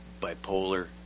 bipolar